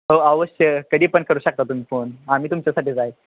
हो अवश्य कधी पण करू शकता तुम्ही फोन आम्ही तुमच्यासाठीच आहे